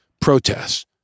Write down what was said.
protests